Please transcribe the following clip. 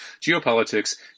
geopolitics